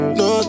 no